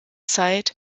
site